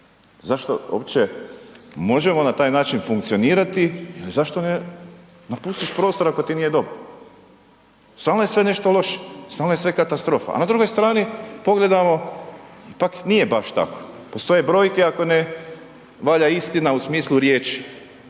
uopće možemo na taj način funkcionirati ili zašto ne napustiš prostor ako ti nije dobro. Stalno je sve nešto loše, stalno je sve katastrofa. A na drugoj strani pogledamo, pak nije baš tako. Postoje brojke ako ne valja istina u smislu riječi.